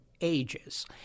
ages